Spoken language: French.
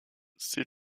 ces